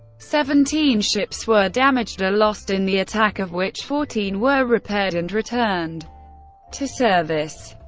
seventeen ships were damaged or lost in the attack, of which fourteen were repaired and returned to service.